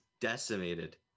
decimated